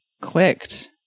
clicked